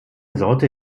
sorte